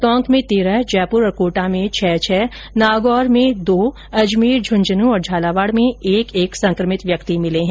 टोंक में तेरह जयपुर और कोटा में छह नागौर में दो अजमेर झुंझुनू और झालावाड़ में एक एक संक्रमित व्यक्ति मिले है